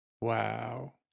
Wow